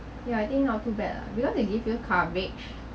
ya I think not too bad ah because it give you coverage